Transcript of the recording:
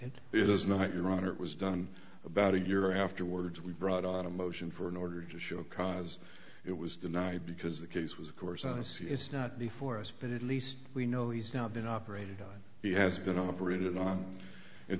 it is not your honor it was done about a year afterwards we brought on a motion for an order to show cause it was denied because the case was of course i see it's not before us but at least we know he's now been operated on he has been operated on in